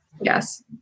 Yes